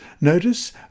Notice